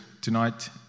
tonight